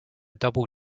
double